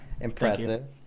impressive